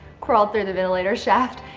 crawled through the ventilator shaft.